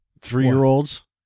Three-year-olds